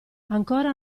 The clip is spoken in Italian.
ancora